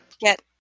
get